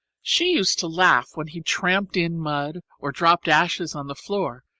she used to laugh when he tramped in mud or dropped ashes on the floor,